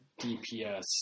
DPS